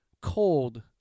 cold